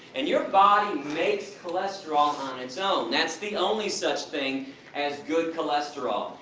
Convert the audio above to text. and your body makes cholesterol on its own, that's the only such thing as good cholesterol.